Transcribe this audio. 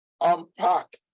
unpack